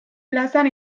plazan